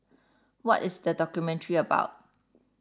what is the documentary about